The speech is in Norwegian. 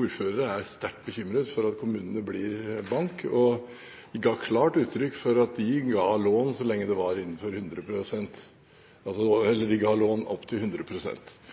ordførere skriver at de er sterkt bekymret for at kommunen blir bank. De ga klart uttrykk for at de ga lån opp til 100 pst. Det